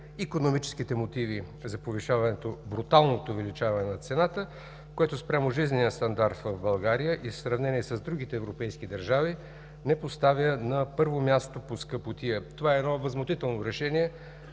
икономическите мотиви за бруталното увеличаване на цената, което спрямо жизнения стандарт в България и в сравнение с другите европейски държави, ни поставя на първо място по скъпотия. Това е едно възмутително решение,